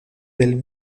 del